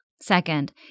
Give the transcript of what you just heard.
Second